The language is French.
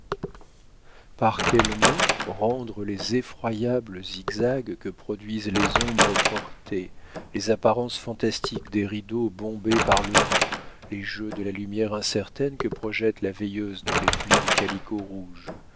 par quels mots rendre les effroyables zigzags que produisent les ombres portées les apparences fantastiques des rideaux bombés par le vent les jeux de la lumière incertaine que projette la veilleuse dans les plis du calicot rouge